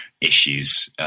issues